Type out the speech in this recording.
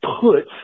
put